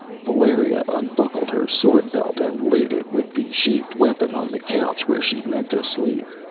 valeria unbuckled her sword-belt and laid it with the sheathed weapon on the couch where she meant to sleep.